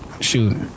Shoot